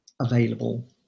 available